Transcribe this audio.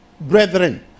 brethren